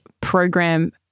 program